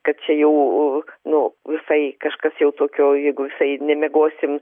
kad čia jau nu visai kažkas jau tokio jeigu visai nemiegosim